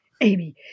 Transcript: Amy